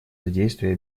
содействие